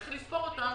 מתחיל לספור אותם,